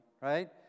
right